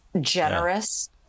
generous